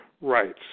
rights